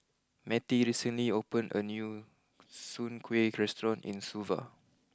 Mettie recently opened a new Soon Kueh restaurant in Suva